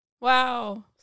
Wow